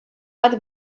bat